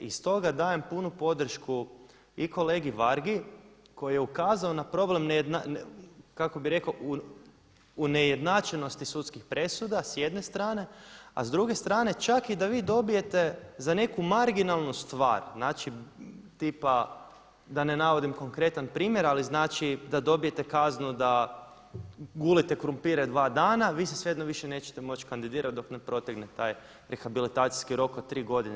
I stoga dajem punu podršku u kolegi Vargi koji je ukazao na problem kako bi rekao neujednačenosti sudskih presuda s jedne strane, a s druge strane čak i da vi dobijete za neku marginalnu stvar znači tipa, da ne navodim konkretan primjer, ali znači da dobijete kaznu da gulite krumpire dva dana, vi se svejedno nećete moći kandidirati dok ne protekne taj rehabilitacijski rok od tri godine.